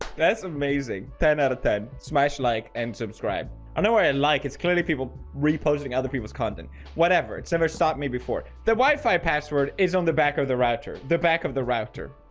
that's amazing ten out of ten smash like and subscribe i know we're in like it's clearly people reposing other people's content whatever it's never stopped me before the wi-fi password is on the back of the router the back of the router